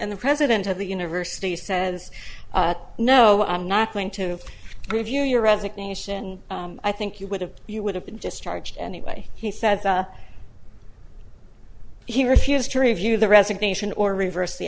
and the president of the university says no i'm not going to review your resignation i think you would have you would have been just charged anyway he said he refused to review the resignation or reverse the